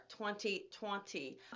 2020